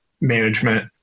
management